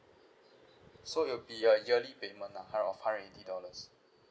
so it'll be a yearly payment lah hundred of hundred and eighty dollars